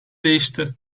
değişti